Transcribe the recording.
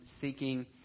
seeking